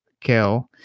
kill